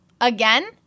again